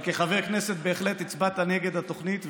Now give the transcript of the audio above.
אבל כחבר כנסת בהחלט הצבעת נגד התוכנית,